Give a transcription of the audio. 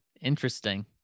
interesting